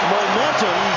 Momentum